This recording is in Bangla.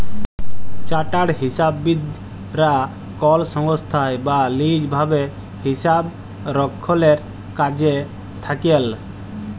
চার্টার্ড হিসাববিদ রা কল সংস্থায় বা লিজ ভাবে হিসাবরক্ষলের কাজে থাক্যেল